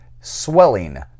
swelling